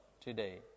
today